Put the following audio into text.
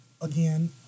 again